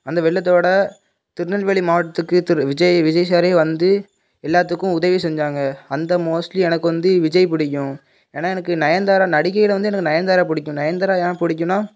அந்த வெள்ளத்தோடு திருநெல்வேலி மாவட்டத்துக்கு திரு விஜய் விஜய் சாரே வந்து எல்லாத்துக்கும் உதவி செஞ்சாங்க அந்த மோஸ்ட்லி எனக்கு வந்து விஜய் பிடிக்கும் ஏன்னால் எனக்கு நயன்தாரா நடிகையில் வந்து எனக்கு நயன்தாரா பிடிக்கும் நயன்தாரா ஏன் பிடிக்குன்னா